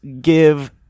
give